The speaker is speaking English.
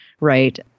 right